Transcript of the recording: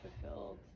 fulfilled